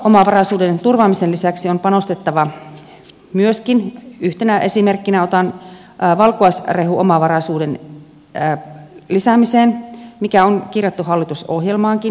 ruokaomavaraisuuden turvaamisen lisäksi on panostettava myöskin yhtenä esimerkkinä otan valkuaisrehuomavaraisuuden lisäämiseen mikä on kirjattu hallitusohjelmaankin